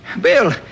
Bill